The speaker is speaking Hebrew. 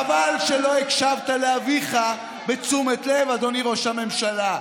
חבל שלא הקשבת לאביך בתשומת לב, אדוני ראש הממשלה.